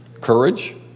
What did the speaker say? Courage